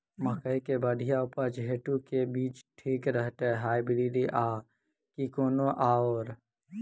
मकई केँ बढ़िया उपज हेतु केँ बीज ठीक रहतै, हाइब्रिड आ की कोनो आओर?